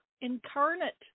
incarnate